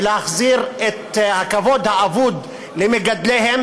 ולהחזיר את הכבוד האבוד למגדליה,